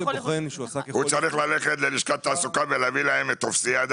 הוא צריך ללכת ללשכת התעסוקה ולהביא להם טפסים.